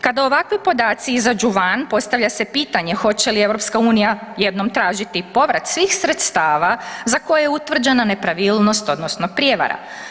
Kada ovakvi podaci izađu van, postavlja se pitanje hoće li EU jednom tražiti povrat svih sredstava za koje je utvrđena nepravilnost odnosno prijevara.